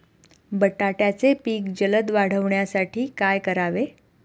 बटाट्याचे पीक जलद वाढवण्यासाठी काय करावे?